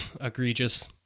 egregious